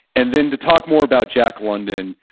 and then to talk more about jack london,